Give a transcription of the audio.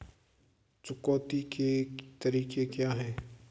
चुकौती के तरीके क्या हैं?